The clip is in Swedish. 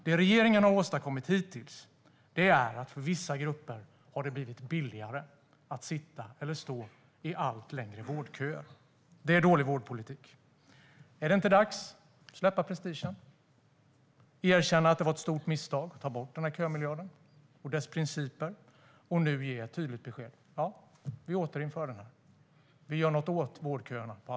Det regeringen har åstadkommit hittills är att det för vissa grupper har blivit billigare att sitta eller stå i allt längre vårdköer. Det är dålig vårdpolitik. Är det inte dags att släppa prestigen och erkänna att det var ett stort misstag att ta bort kömiljarden och dess principer och i stället ge ett tydligt besked om att återinföra den och på allvar göra någonting åt vårdköerna?